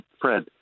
Fred